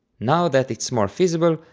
now that it's more feasible,